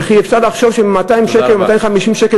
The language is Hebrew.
וכי אפשר לחשוב שמ-200 או 250 שקלים